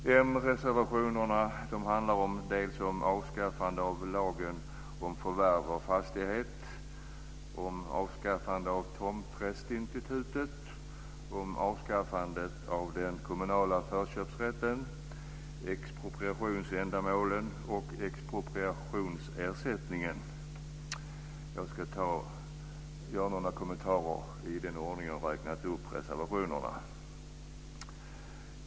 M-reservationerna handlar om avskaffande av lagen om förvärv av hyresfastighet, om avskaffande av tomträttsinstitutet, om avskaffandet av den kommunala förköpsrätten, expropriationsändamålen och expropriationsersättningen. Jag ska göra några kommentarer till dessa reservationer i den ordning som jag har räknat upp dem.